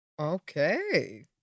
Okay